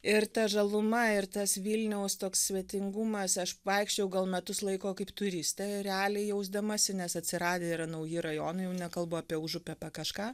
ir ta žaluma ir tas vilniaus toks svetingumas aš vaikščiojau gal metus laiko kaip turistė realiai jausdamasi nes atsiradę yra nauji rajonai jau nekalbu apie užupį apie kažką